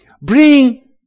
Bring